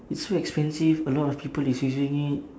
it's so expensive a lot of people is using it